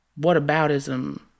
whataboutism